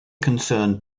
concerned